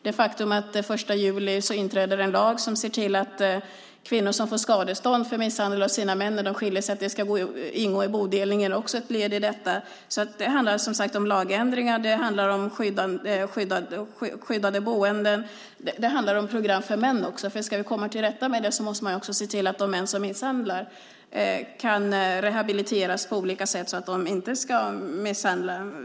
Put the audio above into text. Det faktum att en lag träder i kraft den 1 juli som ser till att skadestånd till kvinnor som har misshandlats av sina män inte ska ingå i bodelningen när de skiljer sig från männen är också ett led i detta. Det handlar om lagändringar, skyddat boende och program för män. Ska vi komma till rätta med detta måste man också se till att de män som misshandlar kan rehabiliteras på olika sätt så att de inte misshandlar igen.